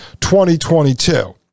2022